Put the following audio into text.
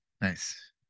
nice